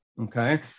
Okay